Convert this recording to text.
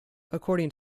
according